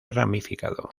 ramificado